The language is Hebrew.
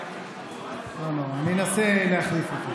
אני אנסה להחליף אותה.